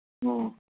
ꯎꯝ